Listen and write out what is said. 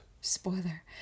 spoiler